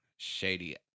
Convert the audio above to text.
Shady